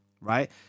right